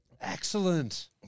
Excellent